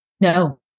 No